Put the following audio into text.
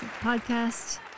podcast